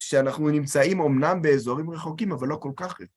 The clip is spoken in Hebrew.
שאנחנו נמצאים אמנם באזורים רחוקים, אבל לא כל כך רחוקים.